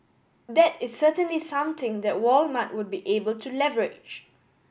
that is certainly something that Walmart would be able to leverage